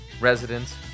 residents